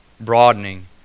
broadening